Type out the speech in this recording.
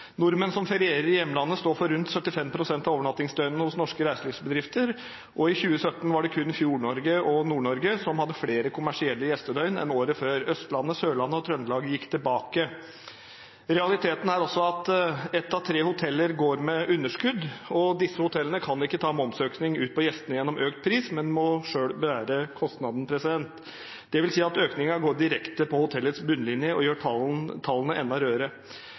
Nordmenn som ferierer i hjemlandet, står for rundt 75 pst. av overnattingsdøgnene hos norske reiselivsbedrifter, og i 2017 var det kun Fjord-Norge og Nord-Norge som hadde flere kommersielle gjestedøgn enn året før. Østlandet, Sørlandet og Trøndelag gikk tilbake. Realiteten er også at ett av tre hoteller går med underskudd. Disse hotellene kan ikke ta momsøkning ut på gjestene gjennom økt pris, men må selv bære kostnaden, dvs. at økningen går direkte på hotellets bunnlinje og gjør tallene enda